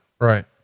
Right